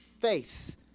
face